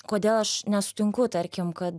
kodėl aš nesutinku tarkim kad